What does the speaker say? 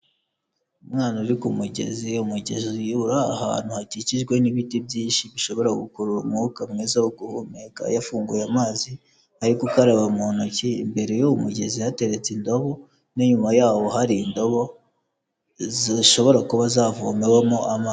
Umwana uri ku mugezi, umugezi uri ahantu hakikijwe n'ibiti byinshi bishobora gukurura umwuka mwiza wo guhumeka, yafunguye amazi ari gukaraba mu ntoki, imbere y'uwo mugezi hateretse indobo n'inyuma yawo hari indobo zishobora kuba zavomewemo amazi.